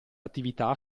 attività